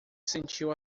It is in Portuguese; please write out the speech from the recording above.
sentiu